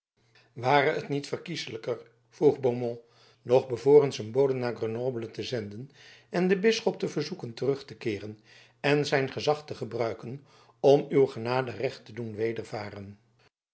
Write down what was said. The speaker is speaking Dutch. ware het niet verkieslijker vroeg beaumont nog bevorens een bode naar grenoble te zenden en den bisschop te verzoeken terug te keeren en zijn gezag te gebruiken om uw genade recht te doen wedervaren